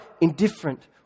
indifferent